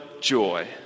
joy